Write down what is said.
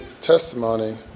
testimony